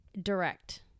direct